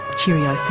cheerio